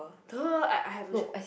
!duh! I I have the shirt